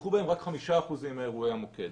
נפתחו בהם רק 5% מאירועי המוקד.